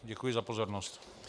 Děkuji za pozornost.